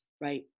Right